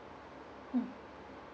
mm